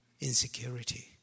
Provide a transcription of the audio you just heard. insecurity